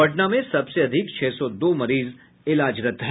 पटना में सबसे अधिक छह सौ दो मरीज इलाजरत हैं